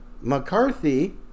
McCarthy